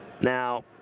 Now